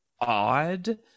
odd